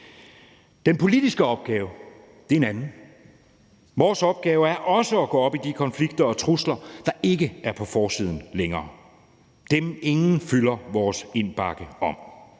Den politiske opgave er en anden. Vores opgave er også at gå op i de konflikter og trusler, der ikke er på forsiden længere – dem, ingen fylder vores indbakke med